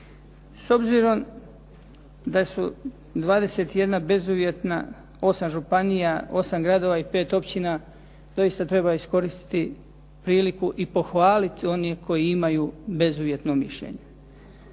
S obzirom da su 21 bezuvjetna 8 županija, 8 gradova i 5 općina doista treba iskoristiti priliku i pohvaliti one koji imaju bezuvjetno mišljenje,